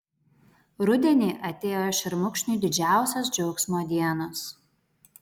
rudenį atėjo šermukšniui didžiausios džiaugsmo dienos